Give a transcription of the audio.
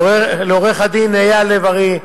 לעורך הדין אייל לב-ארי,